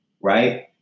right